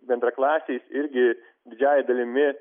bendraklasiais irgi didžiąja dalimi